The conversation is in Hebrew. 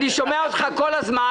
אני שומע אותך כל הזמן